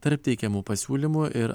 tarp teikiamų pasiūlymų ir